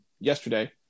yesterday